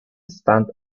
stand